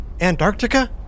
Antarctica